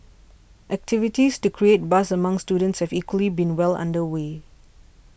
activities to create buzz among students have equally been well under way